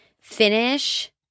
finish